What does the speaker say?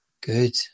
Good